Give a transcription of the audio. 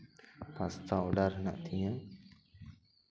pasta order ᱦᱮᱱᱟᱜ ᱛᱤᱧᱟᱹ